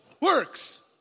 works